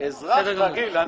אזרח רגיל,